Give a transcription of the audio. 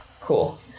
Cool